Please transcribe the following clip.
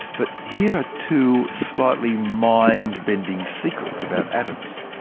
but, here are two slightly mind-bending secrets about atoms.